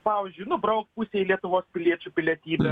pavyzdžiui nubraukt pusei lietuvos piliečių pilietybę